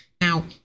Now